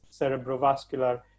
cerebrovascular